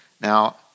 Now